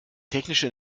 technische